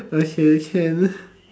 okay can